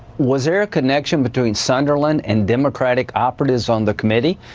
was there a connection between sunderland and democratic operatives on the committee?